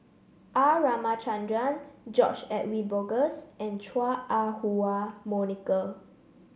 R Ramachandran George Edwin Bogaars and Chua Ah Huwa Monica